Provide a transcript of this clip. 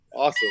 Awesome